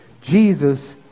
Jesus